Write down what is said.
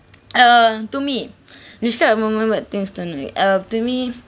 uh to me describe a moment where things turn uh to me